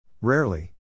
Rarely